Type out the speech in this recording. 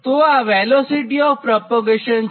તો આ velocity of propagation છે